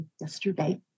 yesterday